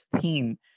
theme